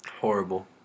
Horrible